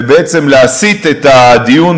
ובעצם להסיט את הדיון,